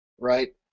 right